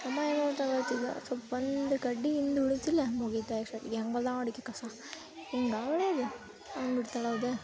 ಅಮ್ಮ ಏನು ಮಾಡ್ತಾಳೆ ಗೊತ್ತಿದ್ಯಾ ಸ್ವಲ್ಪ ಒಂದು ಕಡ್ಡಿ ಹಿಂದುಳಿತಿಲ್ಲ ಮುಗೀತು ಹೆಂಗಲ್ಲ ಹೊಡಿತಿ ಕಸ ಹೀಗಾ ಹೊಡ್ಯೋದು ಅಂದ್ಬಿಡ್ತಾಳೆ ಹೌದ